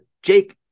Jake